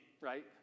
right